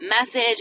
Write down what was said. message